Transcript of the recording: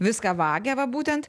viską vagia va būtent